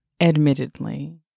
Admittedly